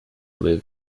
live